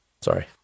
Sorry